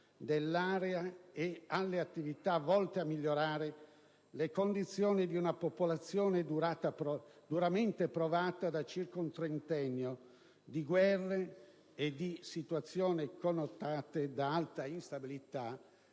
dell'area e alle attività volte a migliorare le condizioni di una popolazione duramente provata da circa un trentennio di guerre e di situazioni connotate da alta instabilità